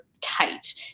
tight